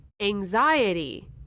anxiety